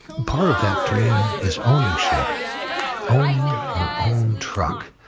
part of that dream is ownership owning her own truck,